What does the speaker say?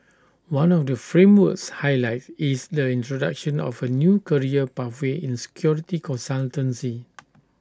one of the framework's highlights is the introduction of A new career pathway in security consultancy